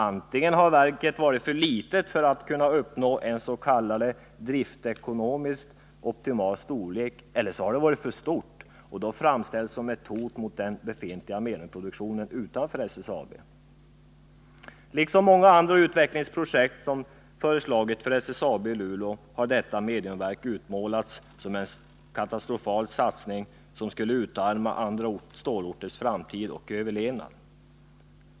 Antingen har verket varit för litet för att uppnå en s.k. driftekonomiskt optimal storlek eller så har det varit för stort och då framställts som ett starkt hot mot den befintliga mediumproduktionen utanför SSAB. Liksom många andra utvecklingsprojekt som föreslagits för SSAB i Luleå har detta mediumverk utmålats som en katastrofal satsning, som skulle utarma andra stålorters framtid och överlevnad.